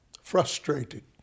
frustrated